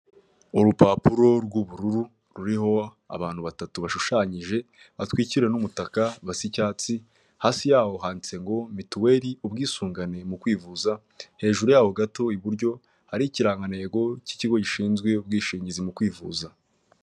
Urupapuro rw'ubururu, ruriho abantu batatu bashushanyije, batwikiwe n'umutaka basa icyatsi. Hasi yabo handitse ngo, mituweri ubwisungane mu kwivuza, hejuru yabo gato iburyo, hari ikirangantego cy'ikigo gishinzwe ubwishingizi mu kwivuza.